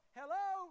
hello